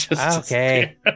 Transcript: Okay